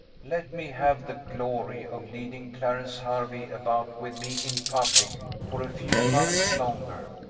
let me have the glory of leading clarence hervey about with me in public for a few months longer,